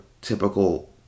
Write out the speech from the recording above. typical